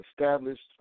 established